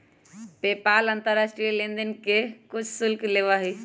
PayPal अंतर्राष्ट्रीय लेनदेन पर कुछ शुल्क लेबा हई